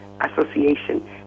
Association